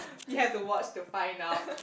you have to watch to find out